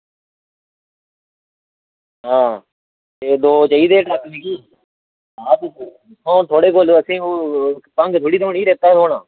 ते आं दौ चाहिदे ट्रक मिगी हून थुआढ़े कोल असेंगी भंग्ग थोह्ड़े थ्होनी रेता गै थ्होना